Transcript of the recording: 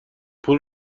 پول